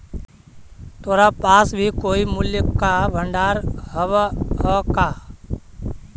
तोरा पास भी कोई मूल्य का भंडार हवअ का